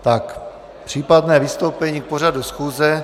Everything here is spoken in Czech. Tak případné vystoupení k pořadu schůze.